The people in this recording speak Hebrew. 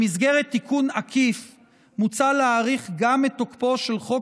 במסגרת תיקון עקיף מוצע להאריך גם את תוקפו של חוק